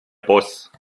boss